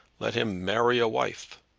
let him marry a wife.